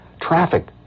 traffic